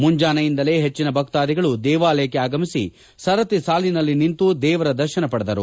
ಮುಂಜಾನೆಯಿಂದಲೇ ಹೆಚ್ಚಿನ ಭಕ್ತಾಧಿಗಳು ದೇವಾಲಯಕ್ಕೆ ಆಗಮಿಸಿ ಸರತಿ ಸಾಲಿನಲ್ಲಿ ನಿಂತು ದೇವರ ದರ್ಶನ ಪಡೆದರು